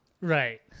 Right